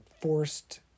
forced